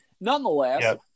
nonetheless